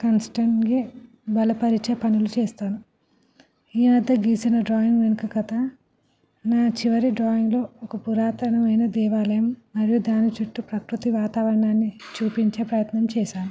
కాన్స్టెంట్గా బలపరిచే పనులు చేస్తాను ఈ నేనైతే గీసిన డ్రాయింగ్ వెనుక కథ నా చివరి డ్రాయింగ్లో ఒక పురాతనమైన దేవాలయం మరియు దాని చుట్టూ ప్రకృతి వాతావరణాన్ని చూపించే ప్రయత్నం చేశాను